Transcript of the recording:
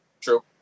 True